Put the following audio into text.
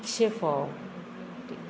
शेफो